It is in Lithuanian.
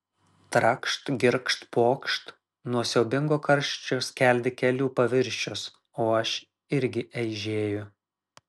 trakšt girgžt pokšt nuo siaubingo karščio skeldi kelių paviršius o aš irgi eižėju